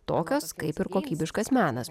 tokios kaip ir kokybiškas menas